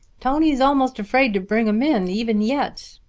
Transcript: tony's almost afraid to bring them in even yet,